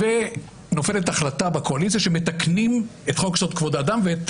ונופלת החלטה בקואליציה שמתקנים את חוק יסוד: כבוד האדם וחירותו,